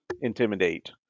Intimidate